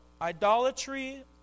idolatry